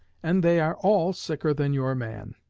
and they are all sicker than your man.